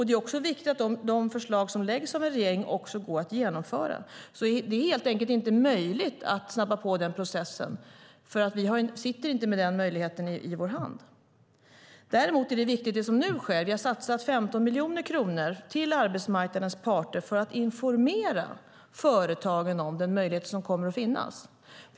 Det är också viktigt att de förslag som läggs fram av en regering kan genomföras. Det är helt enkelt inte möjligt att snabba på processen. Vi sitter inte med den möjligheten i vår hand. Det som nu sker är viktigt. Vi har satsat 15 miljoner kronor till arbetsmarknadens parter för att informera företagen om den möjlighet som ska finnas.